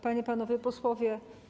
Panie i Panowie Posłowie!